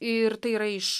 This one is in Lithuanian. ir tai yra iš